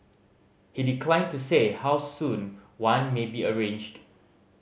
he declined to say how soon one may be arranged